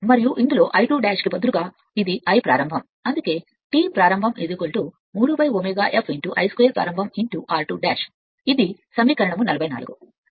మరియు ఇందులో I2 కి బదులుగా ఇది Iప్రారంభం అందుకే T ప్రారంభం 3 ω S I2ప్రారంభం r2 ఇది సమీకరణం 44